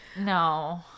no